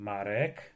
Marek